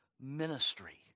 ministry